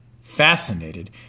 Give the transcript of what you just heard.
fascinated